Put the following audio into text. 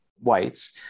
whites